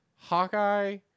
Hawkeye